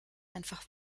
einfach